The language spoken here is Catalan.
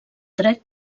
dret